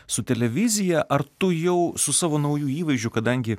su televizija ar tu jau su savo nauju įvaizdžiu kadangi